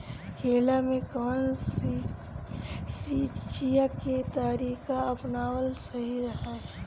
केला में कवन सिचीया के तरिका अपनावल सही रही?